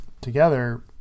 together